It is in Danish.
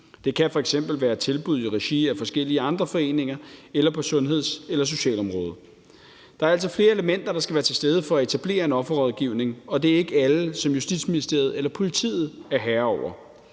Det kan f.eks. være tilbud i regi af forskellige andre foreninger eller på sundheds- eller socialområdet. Der er altid flere elementer, der skal være til stede for at etablere en offerrådgivning, og det er ikke alle, som Justitsministeriet eller politiet er herre over.